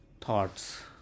thoughts